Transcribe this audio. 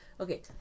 Okay